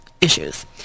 issues